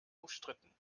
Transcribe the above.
umstritten